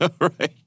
right